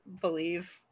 believe